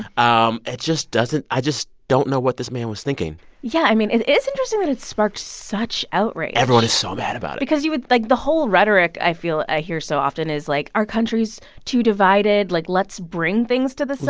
um it just doesn't i just don't know what this man was thinking yeah. i mean, it is interesting that it sparked such outrage everyone is so mad about it because you would like, the whole rhetoric i feel i hear so often is, like, our country's too divided. like, let's bring things to the